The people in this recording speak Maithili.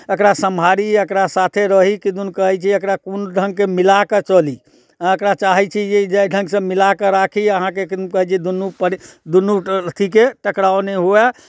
एकरा सम्हारी एकरा साथे रही किदुन कहै छै एकरा कोन ढ़ङ्गके मिला कऽ चली एकरा चाहै छी जे एहि ढ़ङ्गसँ मिला कऽ राखी आहाँके किदुन कहै छै दुन्नूपर दुन्नू अथीके टकराव नहि हुवे